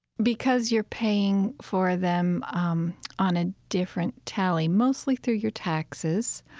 because you're paying for them um on a different tally, mostly through your taxes.